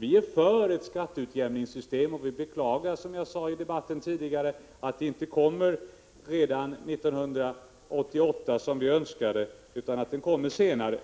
Vi är för ett skatteutjämningssystem och beklagar, som jag sade i debatten tidigare, att det inte kommer redan 1988 som vi önskade utan först senare.